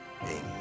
Amen